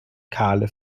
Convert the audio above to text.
kahle